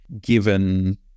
given